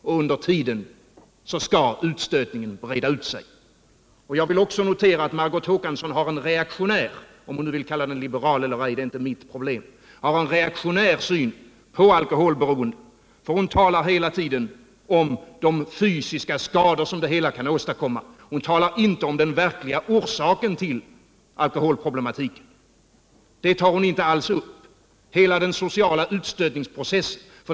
Och under tiden skall utstötningen breda ut sig. Jag vill också notera att Margot Håkansson har en reaktionär syn — om hon vill kalla den liberal eller ej är inte mitt problem — på alkoholberoende. Hon talar hela tiden om de fysiska skador som kan åstadkommas. Men hon talar inte om den verkliga orsaken till alkoholproblematiken. Den tar hon inte alls upp — hela den sociala utstötningsprocessen.